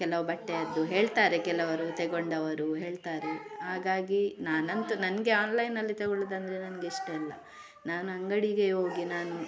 ಕೆಲವು ಬಟ್ಟೆಯದ್ದು ಹೇಳ್ತಾರೆ ಕೆಲವರು ತಗೊಂಡವರು ಹೇಳ್ತಾರೆ ಹಾಗಾಗಿ ನಾನಂತು ನನಗೆ ಆನ್ಲೈನಲ್ಲಿ ತಗೊಳೋದಂದ್ರೆ ನನಗೆ ಇಷ್ಟ ಇಲ್ಲ ನಾನು ಅಂಗಡಿಗೆ ಹೋಗಿ ನಾನು